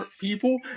people